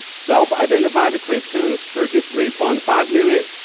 self-identified christians, thirty three point five million,